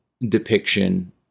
depiction